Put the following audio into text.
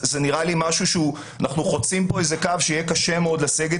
זה נראה לי משהו שאנחנו חוצים כאן איזה קו שיהיה קשה מאוד לסגת